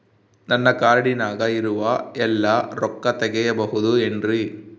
ನನ್ನ ಕಾರ್ಡಿನಾಗ ಇರುವ ಎಲ್ಲಾ ರೊಕ್ಕ ತೆಗೆಯಬಹುದು ಏನ್ರಿ?